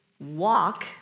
walk